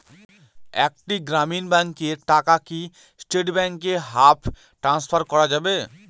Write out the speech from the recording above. একটি গ্রামীণ ব্যাংকের টাকা কি স্টেট ব্যাংকে ফান্ড ট্রান্সফার করা যাবে?